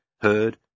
heard